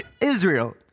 Israel